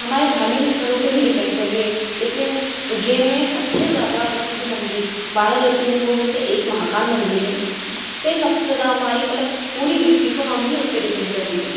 हमारे धार्मिक स्थलों पर ही डिपेंड करी है ऐसे उज्जैन में सबसे ज़्यादा प्रसिद्ध मंदिर बारह ज्योतिर्लिंगो में से एक महाकाल मंदिर है जिस पर सबसे ज़्यादा हमारी मतलब पूरी इकॉनमी उस पर डिपेंड कर रही है